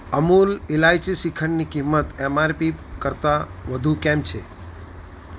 અમુલ ઈલાયચી શ્રીખંડની કિંમત એમઆરપી કરતાં વધુ કેમ છે